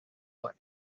what